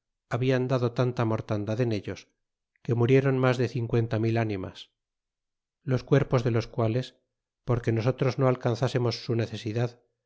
habita dado tanta a mortandad en ellos que murieron mas de cincuenta mil anta mas los cuerpos de los quales po que nosotros no alcanzasea mos su necesidad